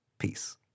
Peace